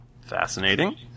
Fascinating